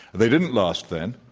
they didn't last then.